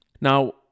Now